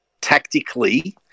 tactically